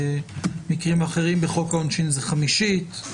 ובמקרים אחרים בחוק העונשין זה חמישית.